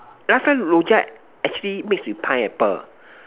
last time Rojak actually mix with pineapple